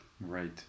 Right